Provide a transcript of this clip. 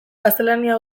gaztelania